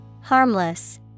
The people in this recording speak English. harmless